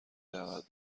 دعوت